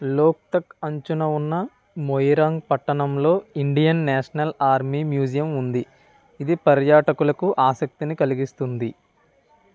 లోక్తక్ అంచున ఉన్న మొయిరాంగ్ పట్టణంలో ఇండియన్ నేషనల్ ఆర్మీ మ్యూజియం ఉంది ఇది పర్యాటకులకు ఆసక్తిని కలిగిస్తుంది